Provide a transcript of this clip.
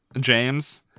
James